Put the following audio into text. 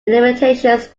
limitations